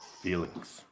Feelings